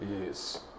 Yes